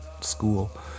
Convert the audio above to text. school